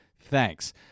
Thanks